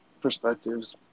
perspectives